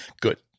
Good